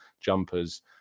jumpers